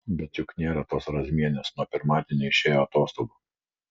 bet juk nėra tos razmienės nuo pirmadienio išėjo atostogų